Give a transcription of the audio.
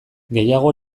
gehiago